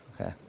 Okay